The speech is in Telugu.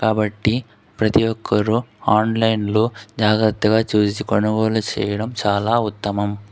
కాబట్టి ప్రతి ఒక్కరూ ఆన్లైన్లో జాగ్రత్తగా చూసి కొనుగోలు చేయడం చాలా ఉత్తమం